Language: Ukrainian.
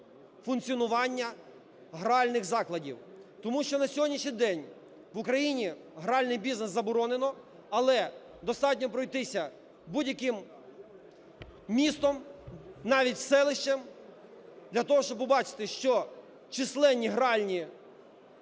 функціонування гральних закладів. Тому що на сьогоднішній день в Україні гральний бізнес заборонено, але достатньо пройтися будь-яким містом, навіть селищем, для того, щоб побачити, що численні гральні